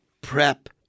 Prep